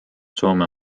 soome